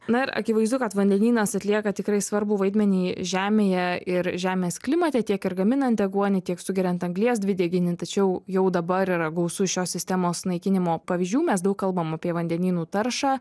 na ir akivaizdu kad vandenynas atlieka tikrai svarbų vaidmenį žemėje ir žemės klimate tiek ir gaminant deguonį tiek sugeriant anglies dvideginį tačiau jau dabar yra gausu šios sistemos naikinimo pavyzdžių mes daug kalbam apie vandenynų taršą